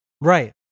right